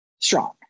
strong